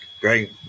great